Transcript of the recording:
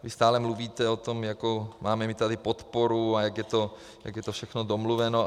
Vy stále mluvíte o tom, jakou máme my tady podporu a jak je to všechno domluveno.